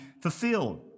fulfilled